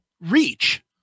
reach